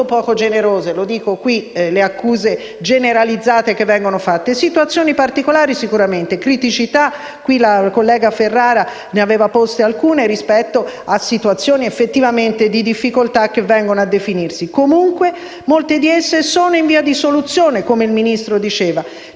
poco generose - lo dico qui - le accuse generalizzate che vengono lanciate. Vi sono sicuramente situazioni particolari e criticità. La collega Ferrara ne aveva poste alcune rispetto a situazioni di effettiva difficoltà che vengono a definirsi. Comunque, molte di esse sono in via di soluzione, come il Ministro diceva.